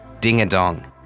Ding-a-Dong